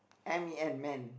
M E N men